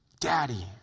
Daddy